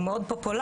הוא מאוד פופולרי,